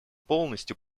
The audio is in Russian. полностью